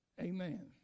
Amen